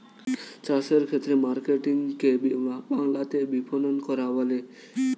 চাষের ক্ষেত্রে মার্কেটিং কে বাংলাতে বিপণন করা বলে